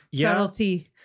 Subtlety